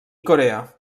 corea